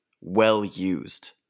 well-used